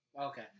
Okay